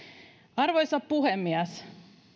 arvoisa puhemies